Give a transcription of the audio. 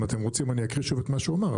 אם אתם רוצים אני אקריא שוב את מה שהוא אמר,